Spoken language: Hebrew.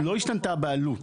כלומר, לא השתנתה הבעלות.